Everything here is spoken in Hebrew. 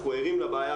אנחנו ערים לבעיה,